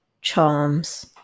charms